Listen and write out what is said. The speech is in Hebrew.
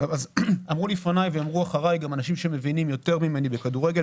אמרו לפניי ויאמרו אחריי גם אנשים שמבינים יותר ממני בכדורגל,